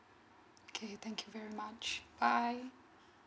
okay thank you very much bye